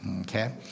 Okay